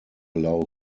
allow